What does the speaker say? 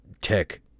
tech